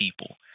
people